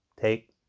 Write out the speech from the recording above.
take